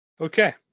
Okay